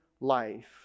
life